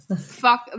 Fuck